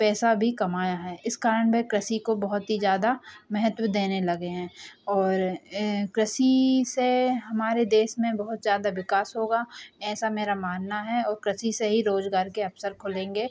पैसा भी कमाया है इस कारण वह कृषि को बहुत ही ज़्यादा महत्व देने लगे हैं और कृषि से हमारे देश में बहुत ज़्यादा विकास होगा ऐसा मेरा मानना है और कृषि से ही रोजगार के अवसर खुलेंगे